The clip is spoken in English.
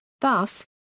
thus